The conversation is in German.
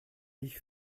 ich